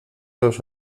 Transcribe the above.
los